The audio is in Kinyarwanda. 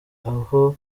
aho